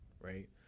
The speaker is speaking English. right